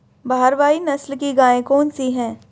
भारवाही नस्ल की गायें कौन सी हैं?